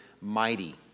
Mighty